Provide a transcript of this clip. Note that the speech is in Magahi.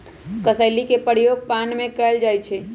कसेली के प्रयोग पान में कएल जाइ छइ